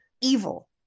evil